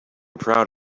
proud